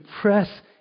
press